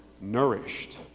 nourished